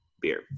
beer